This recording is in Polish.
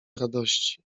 radości